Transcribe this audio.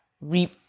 reap